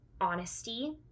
honesty